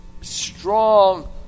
strong